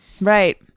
right